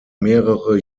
mehrere